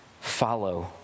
follow